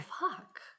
fuck